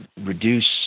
reduce